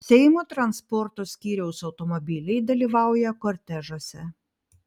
seimo transporto skyriaus automobiliai dalyvauja kortežuose